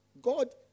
God